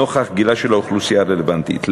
נוכח גילה של האוכלוסייה הרלוונטית.